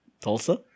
Tulsa